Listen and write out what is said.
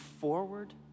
forward